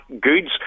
goods